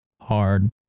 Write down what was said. hard